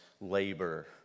labor